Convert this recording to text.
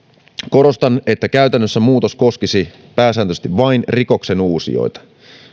korostan että käytännössä muutos koskisi pääsääntöisesti vain rikoksenuusijoita